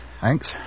Thanks